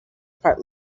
part